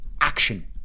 action